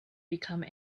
become